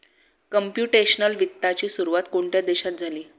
Computational वित्ताची सुरुवात कोणत्या देशात झाली?